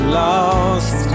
lost